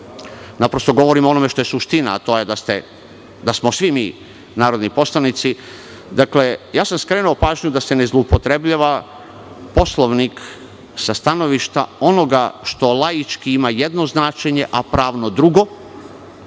lakše da govorim o onome što je suština, a to je da smo svi mi narodi poslanici. Skrenuo sam pažnju da se ne zloupotrebljava Poslovnik sa stanovišta onoga što laički ima jedno značenje, a pravno drugo